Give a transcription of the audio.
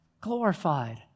glorified